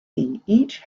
each